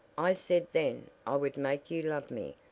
i said then i would make you love me,